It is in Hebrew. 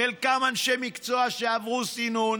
חלקם אנשי מקצוע שעברו סינון